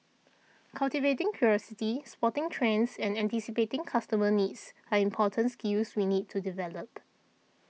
cultivating curiosity spotting trends and anticipating customer needs are important skills we need to develop